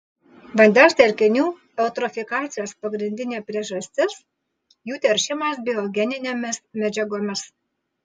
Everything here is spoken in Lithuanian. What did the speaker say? vandens telkinių eutrofikacijos pagrindinė priežastis jų teršimas biogeninėmis medžiagomis